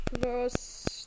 plus